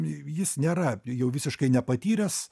jis nėra jau visiškai nepatyręs